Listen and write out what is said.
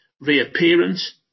reappearance